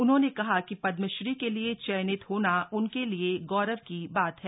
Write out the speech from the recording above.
उन्होंने कहा कि पद्मश्री के लिये चयनित होना उनके लिए गौरव की बात है